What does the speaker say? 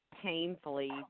Painfully